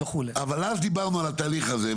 אבל אז דיברנו על התהליך הזה,